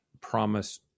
promise